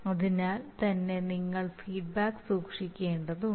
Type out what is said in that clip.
അതിനാൽ തന്നെ നിങ്ങൾ ഫീഡ്ബാക്ക് സൂക്ഷിക്കേണ്ടതുണ്ട്